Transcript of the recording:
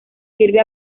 sirve